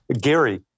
Gary